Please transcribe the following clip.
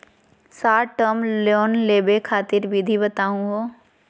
Short term loan लेवे खातीर विधि बताहु हो?